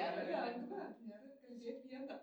nėra lengva nėra kalbėt viena